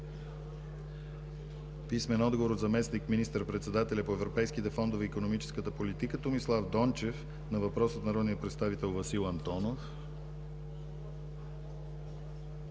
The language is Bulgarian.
писмен отговор от заместник министър-председателя по европейските фондове и икономическата политика Томислав Дончев на въпрос от народния представител Васил Антонов;